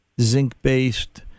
zinc-based